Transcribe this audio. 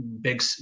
big